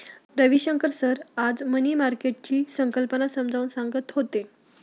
Ravishankar sir आज money मार्केटची संकल्पना समजावून सांगत होते